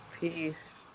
Peace